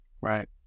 Right